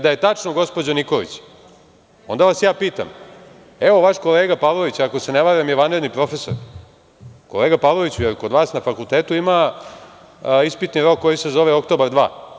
Da je tačno gospođo Nikolić, onda vas ja pitam, evo vaš kolega Pavlović ako se ne varam je vanredni profesor, kolega Pavloviću - je li kod vas na fakultetu ima ispitni rok koji se zove Oktobar dva?